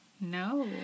No